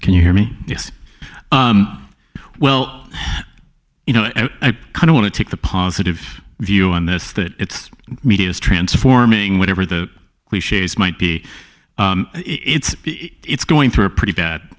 can you hear me yes well you know i kind of want to take the positive view on this that it's media is transforming whatever the clichs might be it's it's going through a pretty bad